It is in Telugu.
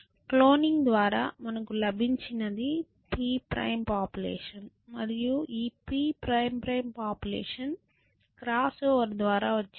క్లోనింగ్ ద్వారా మనకు లభించినది P′ పాపులేషన్ మరియు ఈ P″ పాపులేషన్ క్రాస్ ఓవర్ ద్వారా వచ్చింది